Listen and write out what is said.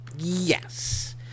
yes